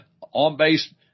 on-base